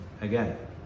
again